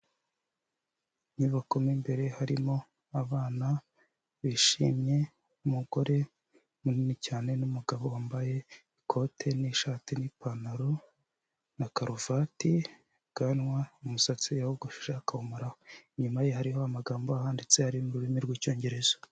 Inyubako mo imbere harimo abana bishimye, umugore munini cyane, n'umugabo wambaye ikote n'ishati n'ipantaro na karuvati, ubwanwa, umusatsi yawogoshesheje akawumaraho. Inyuma ye hariho amagambo ahanditse, ari mu rurimi rw'Icyongereza.